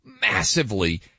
massively